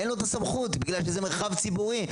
אין לו את הסמכות בגלל שזה מרחב ציבורי.